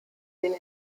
den